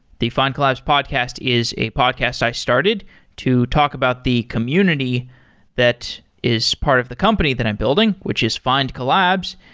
the findcollabs podcast is a podcast i started to talk about the community that is part of the company that i'm building, which is findcollabs.